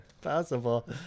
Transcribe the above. possible